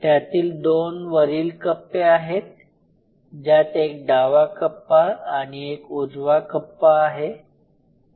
त्यातील हे 2 वरील कप्पे आहेत ज्यात एक डावा कप्पा आणि एक उजवा कप्पा आहे